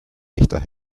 echter